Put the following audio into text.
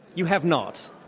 you have not.